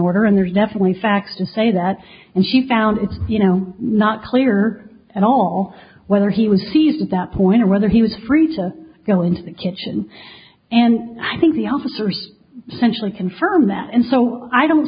order and there's definitely facts to say that and she found you know not clear at all whether he would seize that point or whether he was free to go into the kitchen and i think the officers centrally confirmed that and so i don't